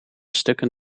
stukken